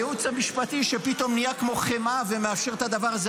הייעוץ המשפטי שפתאום נהיה כמו חמאה ומאפשר את הדבר הזה,